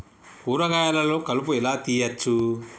కూరగాయలలో కలుపు ఎలా తీయచ్చు?